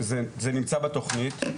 אז בדיוק, זה נמצא בתכנית.